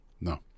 No